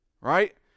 right